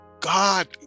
God